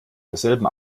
desselben